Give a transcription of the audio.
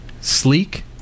sleek